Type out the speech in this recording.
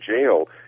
jail